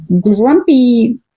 grumpy